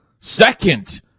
second